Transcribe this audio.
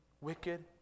wicked